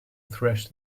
thresh